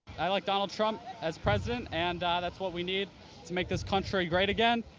i like tunnel trump as president, and that's what we need to make this country great again,